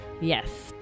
Yes